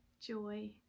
joy